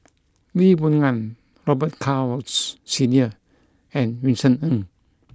Lee Boon Ngan Robet Carr Woods Senior and Vincent Ng